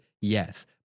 yes